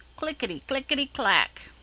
click-i-ti, click-i-ti-clack!